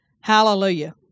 Hallelujah